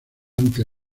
ante